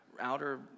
outer